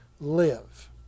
Live